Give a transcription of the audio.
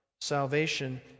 salvation